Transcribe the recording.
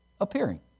appearing